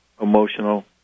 emotional